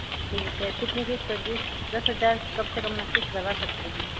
ठीक है कितनी किश्त होगी दस हजार कम से कम मैं किश्त भरवा सकती हूँ